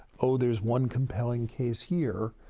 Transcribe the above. oh, there's one compelling case here,